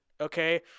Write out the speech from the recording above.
Okay